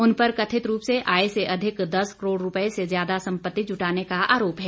उन पर कथित रूप से आय से अधिक दस करोड़ रूपए से ज्यादा संपत्ति जुटाने का आरोप है